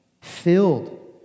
filled